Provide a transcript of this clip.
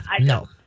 no